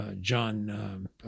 John